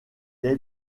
est